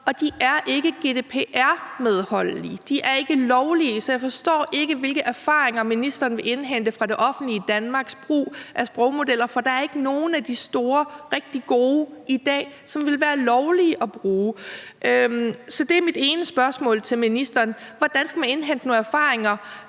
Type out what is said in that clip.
og de er ikke GDPR-medholdelige; de er ikke lovlige. Så jeg forstår ikke, hvilke erfaringer ministeren vil indhente fra det offentlige Danmarks brug af sprogmodeller, for der er ikke nogen af de store, rigtig gode modeller, som ville være lovlige at bruge i dag. Så det er mit ene spørgsmål til ministeren: Hvordan skal man indhente nogle erfaringer,